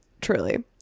Truly